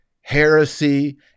heresy